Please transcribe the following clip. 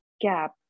gap